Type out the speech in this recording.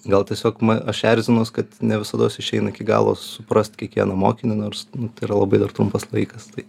gal tiesiog aš erzinuos kad ne visados išeina iki galo suprast kiekvieną mokinį nors tai yra labai dar trumpas laikas tai